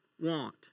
want